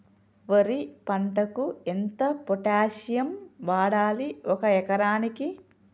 వరి పంటకు ఎంత పొటాషియం వాడాలి ఒక ఎకరానికి?